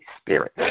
Spirit